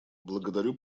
благодарю